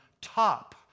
top